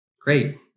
Great